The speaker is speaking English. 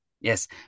Yes